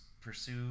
pursue